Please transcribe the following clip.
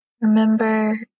Remember